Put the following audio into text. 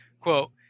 quote